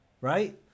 Right